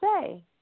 say